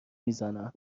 میزنم